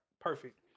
perfect